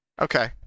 Okay